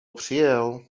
přijel